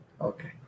okay